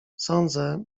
sądzę